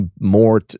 more